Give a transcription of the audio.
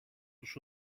τους